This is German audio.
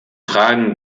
fragen